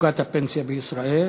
מצוקת הפנסיה בישראל,